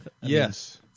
Yes